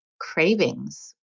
cravings